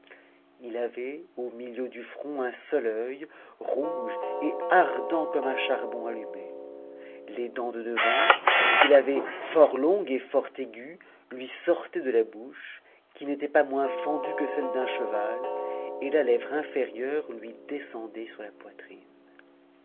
h avait au milieu du front un son œil rouge et ardent comme un charbon allumé les dents de devant qu'il avait fort longues et fort aiguës lui sortaient de la bouche qui n'était pas moins fendue que celle d'un cheval et la lèvre inférieure lui descendait sur la poitrine